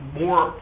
more